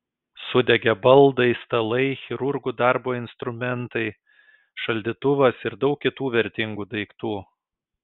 sudegė baldai stalai chirurgų darbo instrumentai šaldytuvas ir daug kitų vertingų daiktų